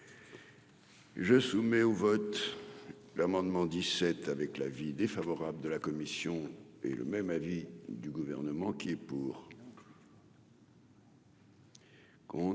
Je soumets au vote l'amendement 17 avec l'avis défavorable de la commission et le même avis du gouvernement, qui est pour.